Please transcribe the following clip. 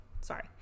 sorry